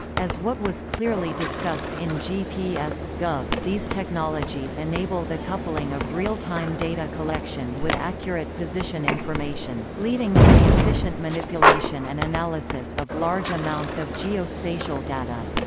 as what was clearly discussed in gps gov, these technologies enable the coupling of real-time data collection with accurate position information, leading to the efficient manipulation and analysis of large amounts of geospatial data.